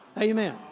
Amen